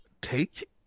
take